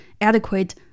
adequate